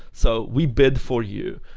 so we bid for you.